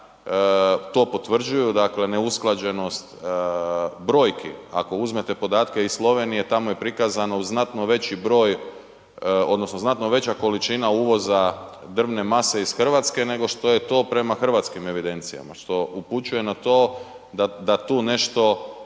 to potvrđuju, dakle neusklađenost brojki, ako uzmete podatke iz Slovenije, tamo je prikazano u znatno veći broj odnosno znatno veća količina uvoza drvne mase iz Hrvatske nego što je to prema hrvatskim evidencijama što upućuje na to da tu nešto